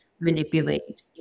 manipulate